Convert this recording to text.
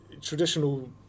traditional